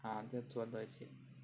啊就赚多钱